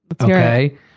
Okay